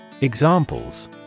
Examples